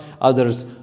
others